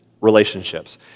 relationships